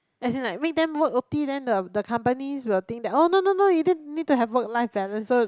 as in like make them work O_T then the the companies will think that oh no no no you did you need to have work like balance so